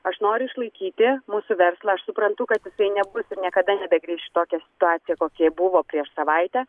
aš noriu išlaikyti mūsų verslą aš suprantu kad jisai nebus ir niekada nebegrįš į tokią situaciją kokia ji buvo prieš savaitę